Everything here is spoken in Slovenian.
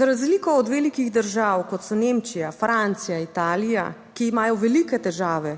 Za razliko od velikih držav, kot so Nemčija, Francija, Italija, ki imajo velike težave,